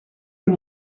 can